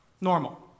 normal